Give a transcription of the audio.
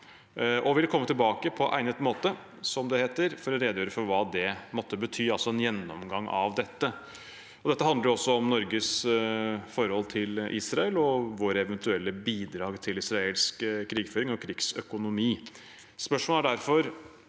Han ville komme tilbake på egnet måte, som det heter, for å redegjøre for hva det måtte bety, altså en gjennomgang av dette. Dette handler også om Norges forhold til Israel og våre eventuelle bidrag til israelsk krigføring og krigsøkonomi. Spørsmålet er derfor: